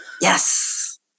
Yes